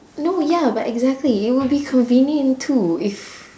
no ya but exactly it will be convenient too if